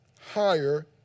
higher